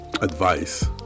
advice